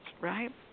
right